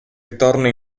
ritorno